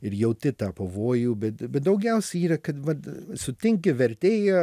ir jauti tą pavojų bet bet daugiausia yra kad vat sutinki vertėją